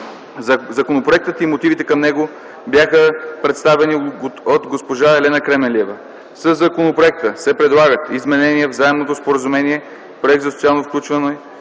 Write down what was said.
Законопроектът и мотивите към него бяха представени от госпожа Елена Кременлиева. Със законопроекта се предлагат изменения в Заемното споразумение (Проект за социално включване),